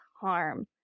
harm